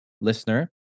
listener